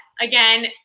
Again